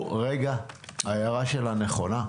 ההערה שלה נכונה.